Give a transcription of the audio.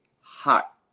hot